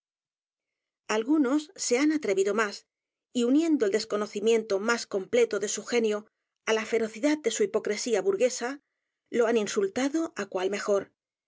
algunos se han atrevido más y uniendo el desconocimiento más completo de su genio á la ferocidad de su hipocresía b u r g u e s a lo han insultado á c